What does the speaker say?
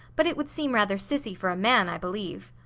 but it would seem rather sissy for a man, i believe.